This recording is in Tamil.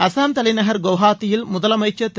அஸாம் தலைநகர் குவஹாத்தியில் முதலமைச்சர் திரு